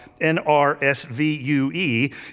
NRSVUE